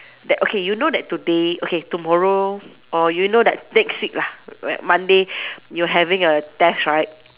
that okay you know that today okay tomorrow or you know that next week lah right Monday you having a test right